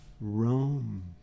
Rome